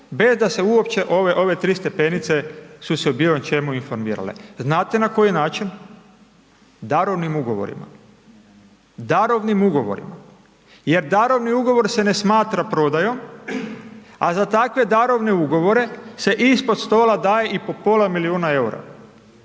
bez da se uopće ove 3 stepenice su se u biločemu informirale. Znate na koji način? Darovnim ugovorima. Darovnim ugovorima jer darovni ugovor se ne smatra prodajom a za takve darovne ugovore se ispod stola daje i po pola milijuna eura.